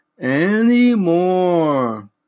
anymore